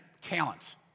talents